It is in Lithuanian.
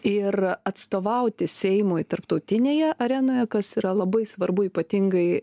ir atstovauti seimui tarptautinėje arenoje kas yra labai svarbu ypatingai